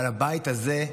אבל הבית הזה,